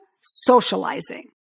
socializing